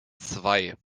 zwei